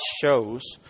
shows